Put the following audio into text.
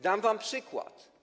Dam wam przykład.